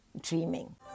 dreaming